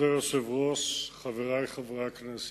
כבוד היושב-ראש, חברי חברי הכנסת,